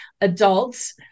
adults